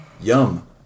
Yum